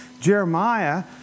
Jeremiah